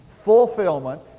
fulfillment